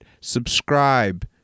subscribe